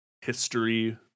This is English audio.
history